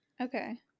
Okay